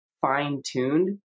fine-tuned